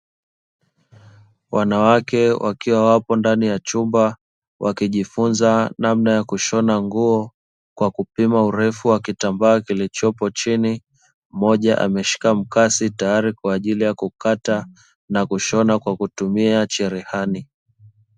Wanawake wakiwa wapo ndani ya chumba wakijifunza namna ya kushona nguo kwa kupima urefu wa kitambaa kilichopo chini. Mmoja ameshika mkasi tayari kwa ajili ya kukata na kushona kwa kutumia cherehani.